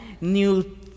new